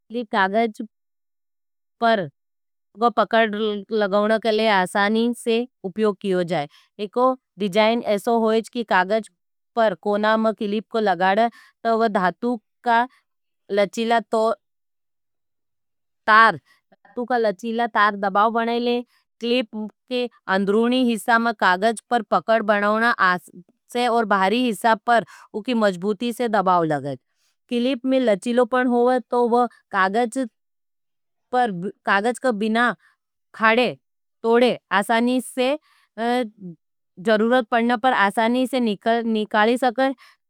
क्लीप कागज पर पकड लगवन के लिए आसानी से उप्योग कियों जाए। एको डिजाइन ऐसो होईज कि कागज पर कोणा में क्लीप को लगाड़े, तो वो धातू का लचीला तार दबाव बनेले। क्लीप में लचीलो पन होगा, तो वो कागज का बिना फाड़े, तोड़े आसानी से जरूरत पड़ने पर आसानी से निकाली सकज।